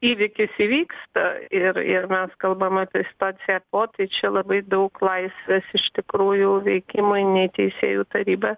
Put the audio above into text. įvykis įvyksta ir ir mes kalbam apie situaciją po tai čia labai daug laisvės iš tikrųjų veikimui nei teisėjų taryba